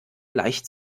leicht